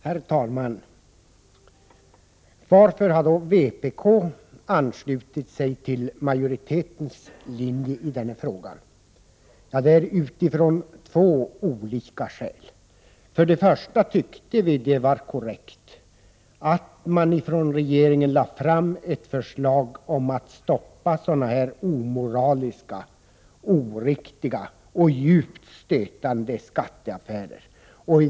Herr talman! Varför har då vpk anslutit sig till majoritetens linje i den här frågan? Det är av två olika skäl. Först och främst tycker vi att det var korrekt att regeringen lade fram ett förslag om att stoppa sådana här omoraliska, oriktiga och djupt stötande skatteaffärer.